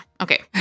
okay